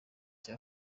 cya